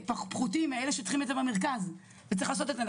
פחותים מאלה שצריכים את זה במרכז וצריך לעשות את זה,